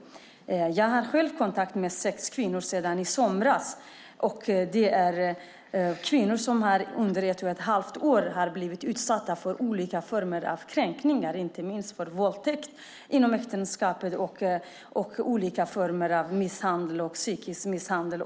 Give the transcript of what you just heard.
Jag har själv sedan i somras kommit i kontakt med sex kvinnor. Det är kvinnor som under ett och ett halvt år har blivit utsatta för olika former av kränkningar, inte minst våldtäkt, inom äktenskapet och olika former av misshandel och psykisk misshandel.